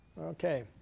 Okay